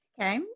Okay